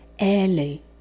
early